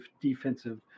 defensive